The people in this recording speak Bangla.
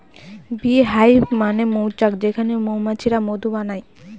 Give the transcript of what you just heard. বী হাইভ মানে মৌচাক যেখানে মৌমাছিরা মধু বানায়